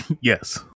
Yes